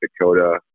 Dakota